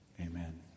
Amen